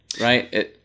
right